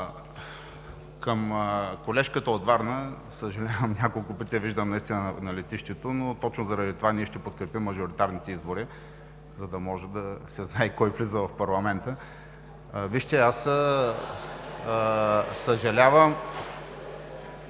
Към колежката от Варна – съжалявам. Няколко пъти я виждам наистина на летището, но точно заради това нещо ние ще подкрепим мажоритарните избори, за да може да се знае кой влиза в парламента. (Реплики и смях.)